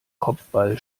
kopfball